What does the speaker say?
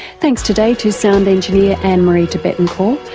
thanks today to sound engineer anne marie debettencort,